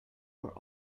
were